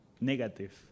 negative